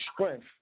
strength